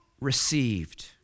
received